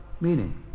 meaning